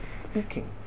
speaking